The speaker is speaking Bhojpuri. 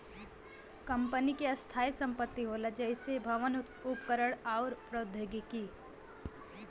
कंपनी क स्थायी संपत्ति होला जइसे भवन, उपकरण आउर प्रौद्योगिकी